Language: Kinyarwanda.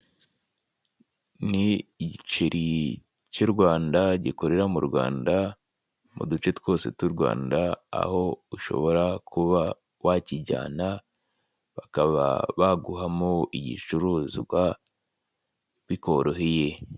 Ni igiceri cy'urwanda gikorera mu Rwanda, muduce twose twa u Rwamda aho ushobora kuba wacyicyana bakaba baguhamo igicuruzwa bikoroheye.